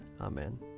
Amen